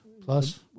plus